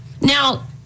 Now